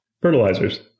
Fertilizers